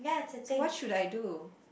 so what should I do